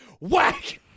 whack